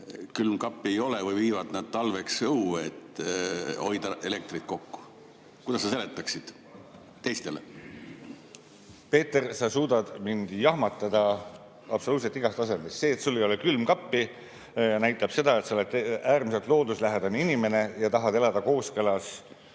külmkappi ei ole või viivad nad talveks [toidukraami] õue, et hoida elektrit kokku. Kuidas sa seletaksid seda teistele? Peeter, sa suudad mind jahmatada absoluutselt igal tasemel. See, et sul ei ole külmkappi, näitab seda, et sa oled äärmiselt looduslähedane inimene ja tahavad elada kooskõlas